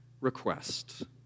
request